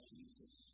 Jesus